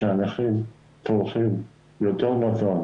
כשהנכים צורכים יותר מזון,